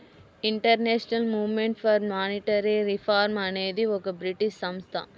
international movement for monetary reform అనేది ఒక British సంస్థ